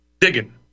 digging